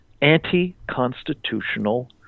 anti-constitutional